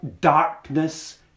darkness